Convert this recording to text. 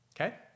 okay